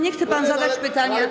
Nie chce pan zadać pytania?